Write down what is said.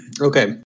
Okay